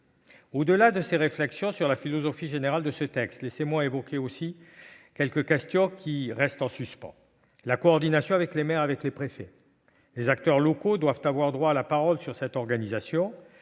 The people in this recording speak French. Au-delà de ces réflexions sur la philosophie générale du texte, permettez-moi d'évoquer quelques questions qui restent en suspens. S'agissant de la coordination avec les maires et les préfets, les acteurs locaux doivent avoir droit à la parole sur l'organisation.